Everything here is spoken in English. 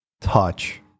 touch